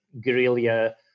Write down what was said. guerrilla